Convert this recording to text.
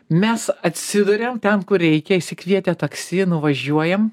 mes atsiduriam ten kur reikia išsikvietę taksi nuvažiuojam